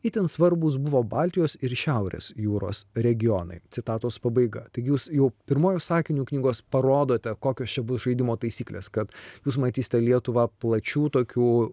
itin svarbūs buvo baltijos ir šiaurės jūros regionai citatos pabaiga taigi jūs jau pirmuoju sakiniu knygos parodote kokios čia bus žaidimo taisyklės kad jūs matysite lietuvą plačių tokių